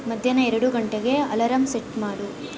ಮಧ್ಯಾಹ್ನ ಎರಡು ಗಂಟೆಗೆ ಅಲರಾಂ ಸೆಟ್ ಮಾಡು